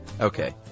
Okay